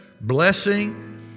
blessing